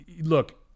look